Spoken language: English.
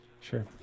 Sure